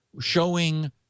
showing